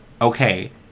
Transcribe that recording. Okay